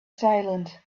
silent